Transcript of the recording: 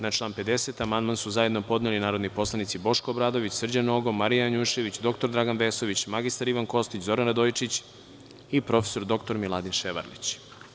Na član 50. amandman su zajedno podneli narodni poslanici Boško Obradović, Srđan Nogo, Marija Janjušević, dr Dragan Vesović, mr Ivan Kostić, Zoran Radojičić i prof. dr Miladin Ševarlić.